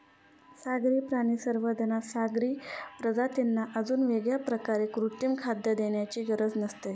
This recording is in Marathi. सागरी प्राणी संवर्धनात सागरी प्रजातींना अजून वेगळ्या प्रकारे कृत्रिम खाद्य देण्याची गरज नसते